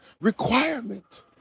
requirement